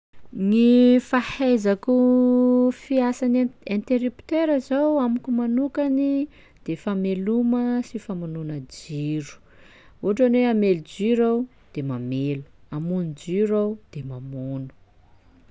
Gny fahaizako fiasan'ny in- interrupteur zao amiko manokany de fameloma sy famonoana jiro, ohatra ny hoe hamelo jiro aho de mamelo, hamono jiro aho de mamono.